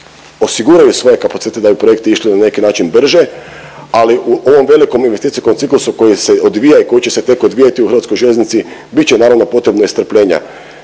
osiguraju svoje kapacitete da bi projekti išli na neki način brže, ali u ovom velikom investicijskom ciklusu koji se odvija i koji će se tek odvijati u hrvatskoj željeznici bit će naravno potrebno i strpljenja.